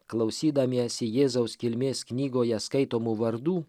klausydamiesi jėzaus kilmės knygoje skaitomų vardų